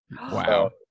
Wow